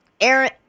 Aaron